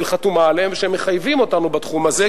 חתומה עליהם ושמחייבים אותנו בתחום הזה,